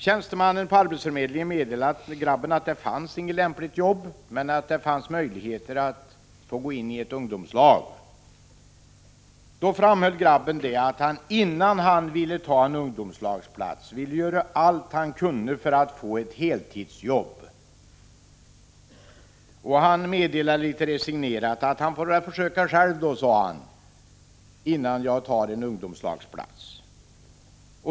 Tjänstemannen på arbetsförmedlingen meddelade att man inte hade lämpligt arbete men att det fanns möjlighet att få gå in i ett ungdomslag. Då framhöll grabben att han, innan han tog en ungdomslagsplats, ville göra allt han kunde för att få ett heltidsjobb. Han sade resignerat: Jag får väl försöka själv då.